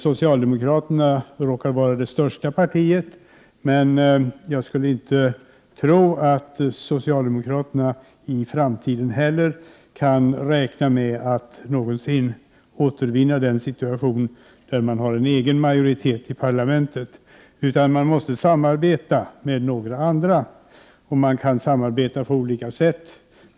Socialdemokraterna råkar vara det största partiet, men jag tror att inte heller socialdemokraterna i framtiden kan räkna med att någonsin komma i en situation där de har en egen majoritet i parlamentet. Socialdemokraterna måste samarbeta med andra partier, och de kan samarbeta på olika sätt.